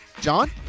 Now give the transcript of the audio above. John